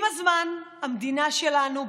עם הזמן המדינה שלנו,